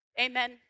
Amen